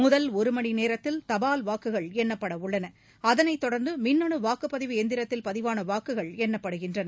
முதல் ஒருமணிநேரத்தில் தபால் வாக்குகள் எண்ணப்படஉள்ளன அதைதொடர்ந்துமின்னனுவாக்குப்பதிவு எந்திரத்தில் பதிவானவாக்குகள் எண்ணப்படுகின்றன